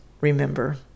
remember